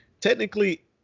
technically